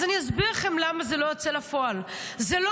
אז אני אסביר לכם למה זה לא יוצא לפועל: זה לא